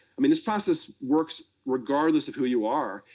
i mean, this process works regardless of who you are,